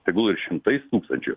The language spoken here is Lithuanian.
tegul ir šimtais tūkstančių